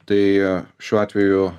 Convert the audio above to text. tai šiuo atveju